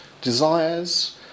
desires